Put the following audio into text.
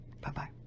Bye-bye